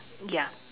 ya